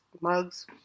mugs